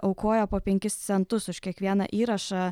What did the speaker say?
aukoja po penkis centus už kiekvieną įrašą